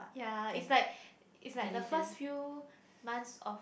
ya is like is like the first few months of